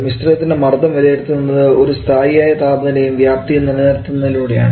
മിശ്രിതത്തിൻറെ മർദ്ദം വിലയിരുത്തുന്നത് ഒരു സ്ഥായിയായ താപനിലയും വ്യാപ്തിയും നിലനിർത്തുന്നതിലൂടെയാണ്